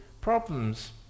problems